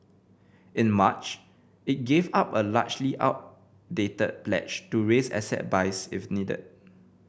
in March it gave up a largely outdated pledge to raise asset buys if needed